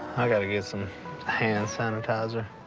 i gotta get some hand sanitizer.